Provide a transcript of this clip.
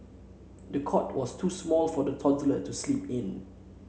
the cot was too small for the toddler to sleep in